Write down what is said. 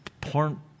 porn